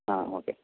ആ ഓക്കെ